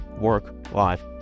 work-life